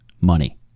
Money